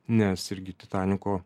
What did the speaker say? nes irgi titaniko